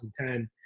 2010